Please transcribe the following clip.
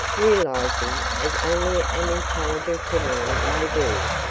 realizing, as only an intelligent criminal may do,